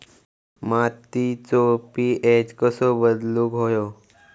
मातीचो पी.एच कसो बदलुक होयो?